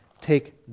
take